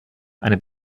eine